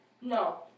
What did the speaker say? No